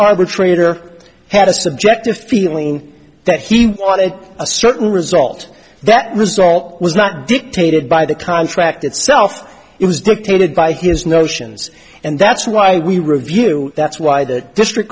arbitrator had a subjective feeling that he wanted a certain result that result was not dictated by the contract itself it was dictated by his notions and that's why we review that's why the district